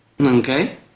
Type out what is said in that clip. Okay